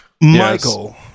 Michael